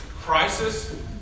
crisis